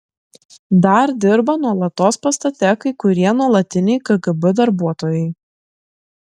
dar dirba nuolatos pastate kai kurie nuolatiniai kgb darbuotojai